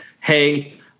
hey